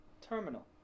terminal